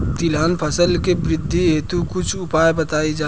तिलहन फसल के वृद्धी हेतु कुछ उपाय बताई जाई?